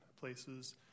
places